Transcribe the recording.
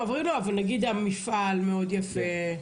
המעברים לא, אבל המפעל מאוד יפה.